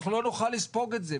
אנחנו לא נוכל לספוג את זה.